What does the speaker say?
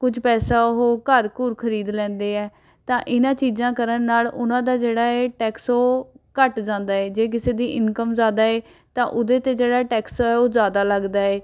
ਕੁਝ ਪੈਸਾ ਉਹ ਘਰ ਘੁਰ ਖਰੀਦ ਲੈਂਦੇ ਹੈ ਤਾਂ ਇਹਨਾਂ ਚੀਜ਼ਾਂ ਕਰਨ ਨਾਲ ਉਹਨਾਂ ਦਾ ਜਿਹੜਾ ਹੈ ਟੈਕਸ ਉਹ ਘੱਟ ਜਾਂਦਾ ਹੈ ਜੇ ਕਿਸੇ ਦੀ ਇਨਕਮ ਜ਼ਿਆਦਾ ਹੈ ਤਾਂ ਉਹਦੇ 'ਤੇ ਜਿਹੜਾ ਟੈਕਸ ਉਹ ਜ਼ਿਆਦਾ ਲੱਗਦਾ ਹੈ